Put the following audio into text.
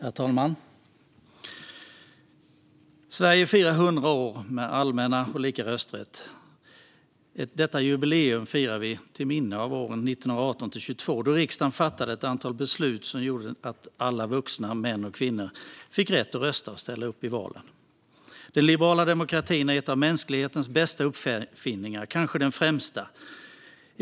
Herr talman! Sverige firar 100 år med allmän och lika rösträtt. Detta jubileum firar vi till minne av åren 1918-1922, då riksdagen fattade ett antal beslut som gjorde att alla vuxna kvinnor och män fick rätt att rösta och ställa upp i val. Den liberala demokratin är en av mänsklighetens bästa uppfinningar, kanske den främsta.